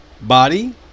body